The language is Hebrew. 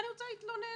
אני רוצה להתלונן,